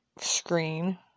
screen